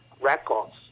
records